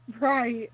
right